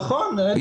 נכון, בהחלט.